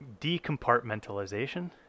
decompartmentalization